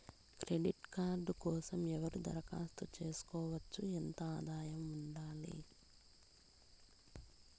Credit card కోసం ఎవరు దరఖాస్తు చేసుకోవచ్చు? ఎంత ఆదాయం ఉండాలి?